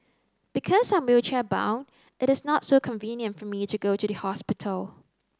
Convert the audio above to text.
because I'm wheelchair bound it is not so convenient for me to go to the hospital